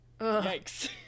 Yikes